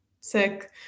sick